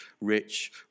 rich